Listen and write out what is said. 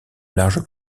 large